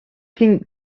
think